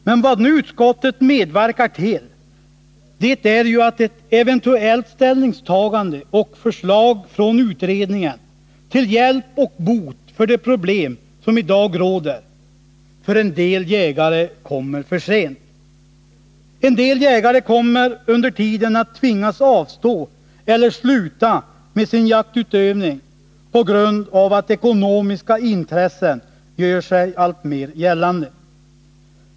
Men vad utskottet nu medverkar till är att ett eventuellt ställningstagande och förslag från utredningen till hjälp och bot för de problem som i dag råder för en del jägare kommer för sent. En del jägare kommer under tiden att tvingas avstå från eller sluta med sin jaktutövning på grund av att ekonomiska intressen gör sig alltmer gällande.